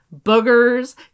boogers